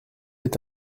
est